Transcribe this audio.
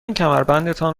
کمربندتان